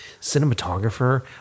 cinematographer